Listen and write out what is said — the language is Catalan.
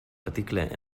reticle